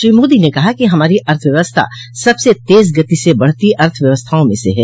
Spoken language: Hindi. श्रो मोदी ने कहा कि हमारी अर्थव्यवस्था सबसे तेज गति से बढ़ती अर्थव्यवस्थाओं म से है